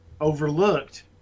overlooked